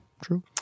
true